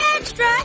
Extra